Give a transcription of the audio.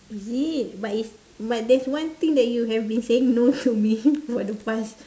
is it but is but there's one thing that you have been saying no to me for the past